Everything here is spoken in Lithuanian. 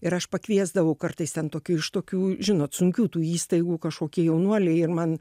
ir aš pakviesdavau kartais ten tokių iš tokių žinot sunkių tų įstaigų kažkokie jaunuoliai ir man